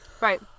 Right